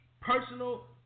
personal